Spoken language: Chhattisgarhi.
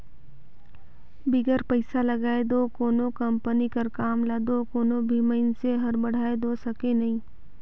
बिगर पइसा लगाए दो कोनो कंपनी कर काम ल दो कोनो भी मइनसे हर बढ़ाए दो सके नई